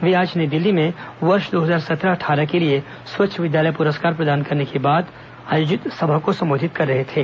वे आज नई दिल्ली में वर्ष दो हजार सत्रह अट्ठारह के लिए स्वच्छ विद्यालय पुरस्कार प्रदान करने के बाद आयोजित सभा को संबोधित कर रहे थे